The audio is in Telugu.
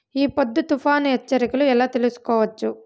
ఈ పొద్దు తుఫాను హెచ్చరికలు ఎలా తెలుసుకోవచ్చు?